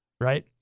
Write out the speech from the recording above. right